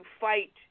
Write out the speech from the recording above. fight